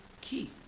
key